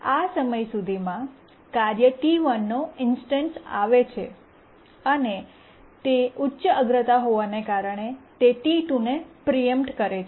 આ સમય સુધીમાં કાર્ય ટી 1 નો ઇન્સ્ટન્સ આવે છે અને તે ઉચ્ચ અગ્રતા હોવાને કારણે તે T2 ને પ્રીએમ્પ્ટ કરે છે